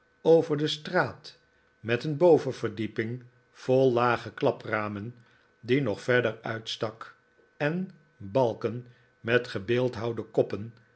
over de straat met een bovenverdieping vol lage klapramen die nog verder uitstak en balken met gebeeldhouwde koppen